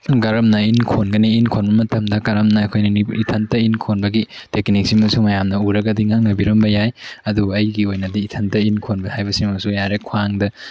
ꯀꯔꯝꯅ ꯏꯟ ꯈꯣꯟꯒꯅꯤ ꯏꯟ ꯈꯣꯟꯕ ꯃꯇꯝꯗ ꯀꯔꯝꯅ ꯑꯩꯈꯣꯏꯅ ꯏꯊꯟꯇ ꯏꯟ ꯈꯣꯟꯅꯒꯤ ꯇꯦꯀꯅꯤꯛꯁꯤꯃꯁꯨ ꯃꯌꯥꯝꯅ ꯎꯔꯒꯗꯤ ꯉꯛꯅꯕꯤꯔꯝꯕ ꯌꯥꯏ ꯑꯗꯨꯕꯨ ꯑꯩꯒꯤ ꯑꯣꯏꯅꯗꯤ ꯏꯊꯟꯇ ꯏꯟ ꯈꯣꯟꯕ ꯍꯥꯏꯕꯁꯤꯃꯁꯨ ꯌꯥꯔꯦ ꯍ꯭ꯋꯥꯡꯗ